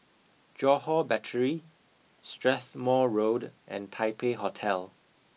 Johore Battery Strathmore Road and Taipei Hotel